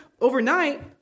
overnight